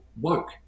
woke